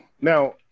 Now